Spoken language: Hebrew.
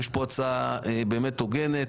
יש פה הצעה באמת הוגנת.